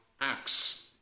Acts